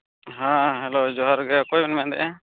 ᱦᱮᱸ ᱦᱮᱞᱳ ᱡᱚᱦᱟᱨ ᱜᱮ ᱚᱠᱚᱭᱮᱢ ᱢᱮᱱᱮᱜᱼᱟ